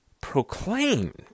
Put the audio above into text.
proclaimed